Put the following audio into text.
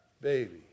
baby